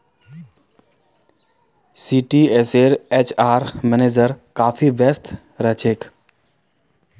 टीसीएसेर HR manager काफी व्यस्त रह छेक